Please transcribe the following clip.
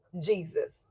jesus